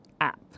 app